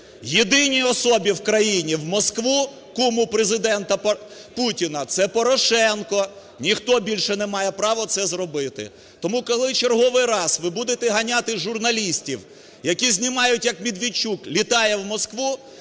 єдиній особі в країні в Москву, куму Президента Путіна? Це Порошенко, ніхто більше не має права це зробити. Тому, коли в черговий раз ви будете ганяти журналістів, які знімають, як Медведчук літає в Москву,